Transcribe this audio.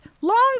long